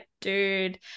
dude